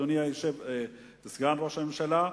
אדוני סגן ראש הממשלה.